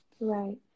Right